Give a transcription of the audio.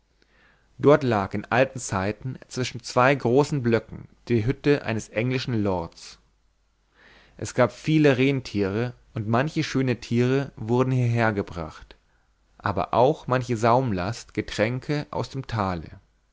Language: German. dort lag in alten zeiten zwischen zwei großen blöcken die hütte eines englischen lords es gab viele renntiere und manche schöne tiere wurden hierhergebracht aber auch manche saumlast getränke aus dem tale